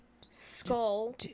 skull